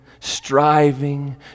striving